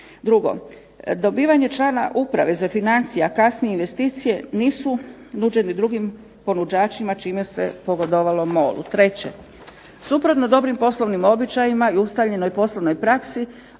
Drugo, dobivanje člana uprave za financije, a kasnije i investicije nisu nuđeni drugim ponuđačima čime se pogodovalo MOL-u. Treće, suprotno dobrim poslovnim običajima i ustaljenoj poslovnoj praksi